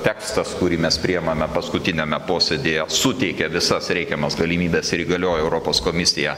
tekstas kurį mes priimame paskutiniame posėdyje suteikia visas reikiamas galimybes ir įgalioja europos komisiją